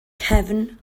cefn